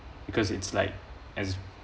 because it's like as